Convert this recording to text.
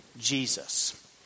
Jesus